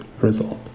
result